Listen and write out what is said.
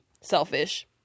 selfish